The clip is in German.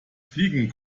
fliegen